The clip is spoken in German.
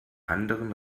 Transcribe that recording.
anderen